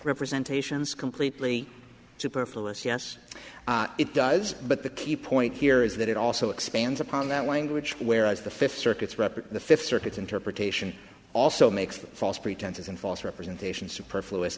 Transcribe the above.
representation is completely superfluous yes it does but the key point here is that it also expands upon that language whereas the fifth circuit's rep or the fifth circuit interpretation also makes the false pretenses and false representation superfluid